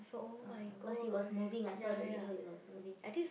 uh because he was moving I saw the video he was moving